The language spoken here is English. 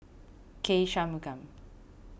K Shanmugam